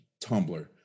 Tumblr